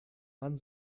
man